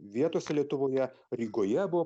vietose lietuvoje rygoje buvo